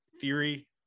theory